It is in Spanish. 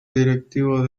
directivo